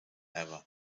ever